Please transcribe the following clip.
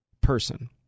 person